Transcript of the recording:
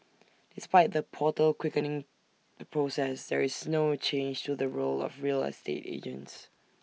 despite the portal quickening the process there is no change to the role of real estate agents